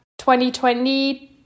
2020